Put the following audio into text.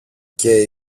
και